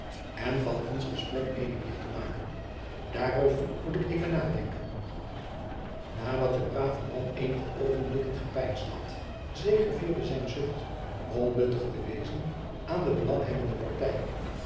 en van ons gesprek eene biecht te maken daarover moet ik even nadenken nadat de brave man eenige oogenblikken gepeinsd had zegevierde zijn zucht om nuttig te wezen aan de belanghebbende partijen